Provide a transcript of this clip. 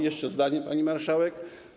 Jeszcze zdanie, pani marszałek.